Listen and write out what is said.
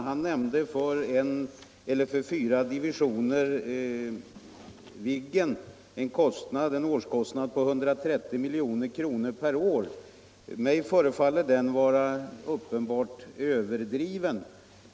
Han nämnde att fyra divisioner Viggen drar en årskostnad på 130 milj.kr. Mig förefaller detta vara uppenbart överdrivet.